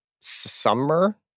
summer